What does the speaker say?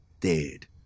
dead